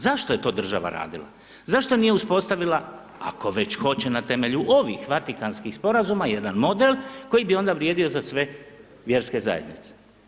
Zašto je to država radila, zašto nije uspostavila, ako već hoće na temelju ovih Vatikanskih sporazuma jedan model koji bi onda vrijedio za sve vjerske zajednice.